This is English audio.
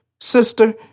Sister